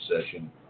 session